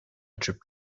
төшеп